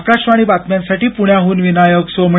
आकाशवाणी बातम्यांसाठी पुण्याहून विनायक सोमणी